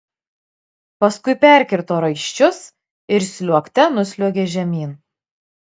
paskui perkirto raiščius ir sliuogte nusliuogė žemyn